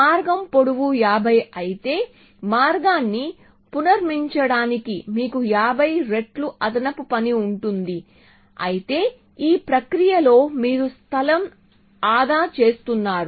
మార్గం పొడవు 50 అయితే మార్గాన్ని పునర్నిర్మించడానికి మీకు 50 రెట్లు అదనపు పని ఉంటుంది అయితే ఈ ప్రక్రియలో మీరు స్థలం ఆదా చేస్తున్నారు